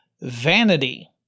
vanity